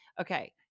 Okay